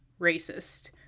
racist